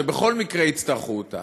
שבכל מקרה יצטרכו אותה,